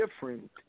different